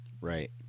Right